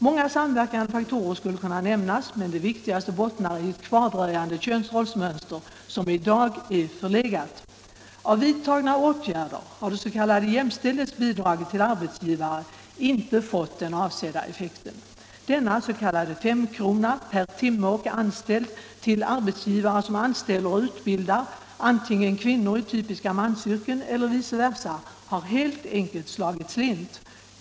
Många samverkande faktorer skulle kunna nämnas, men de viktigaste bottnar i ett kvardröjande könsrollsmönster som i dag är förlegat. Av vidtagna åtgärder har det s.k. jämställdhetsbidraget till arbetsgivare inte fått den avsedda effekten. Denna s.k. femkrona per timme och anställd till arbetsgivare som anställer och utbildar kvinnor i typiska mansyrken eller vice versa har helt enkelt slagit slint.